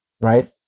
Right